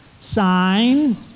sign